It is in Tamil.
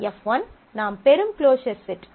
F1 நாம் பெறும் க்ளோஸர் செட்